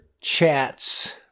chats